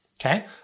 Okay